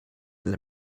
let